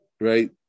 right